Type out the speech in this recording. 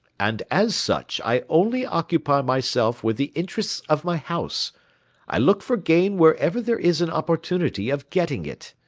and as such i only occupy myself with the interests of my house i look for gain wherever there is an opportunity of getting it.